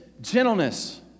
gentleness